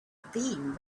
been